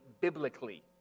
biblically